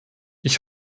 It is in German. ich